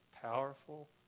powerful